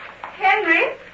Henry